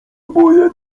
boję